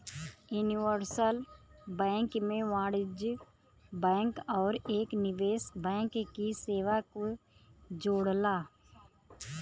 universal bank वाणिज्यिक bank आउर एक निवेश बैंक की सेवा के जोड़ला